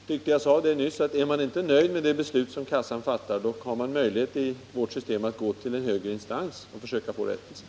Herr talman! Jag tyckte att jag sade det nyss. Är man inte nöjd med det beslut som kassan fattar, har man i vårt system möjlighet att gå till en högre instans och försöka få rättelse.